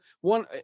one